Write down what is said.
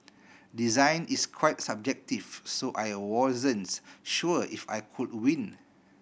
design is quite subjective so I wasn't sure if I could win